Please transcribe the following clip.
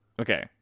Okay